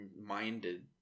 minded